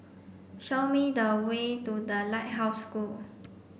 show me the way to The Lighthouse School